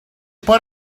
put